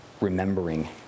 remembering